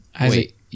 Wait